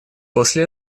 после